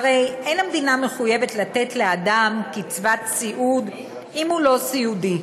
הרי אין המדינה מחויבת לתת לאדם קצבת סיעוד אם הוא לא סיעודי,